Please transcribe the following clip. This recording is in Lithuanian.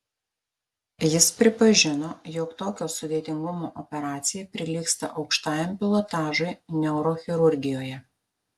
jis pripažino jog tokio sudėtingumo operacija prilygsta aukštajam pilotažui neurochirurgijoje